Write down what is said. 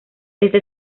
este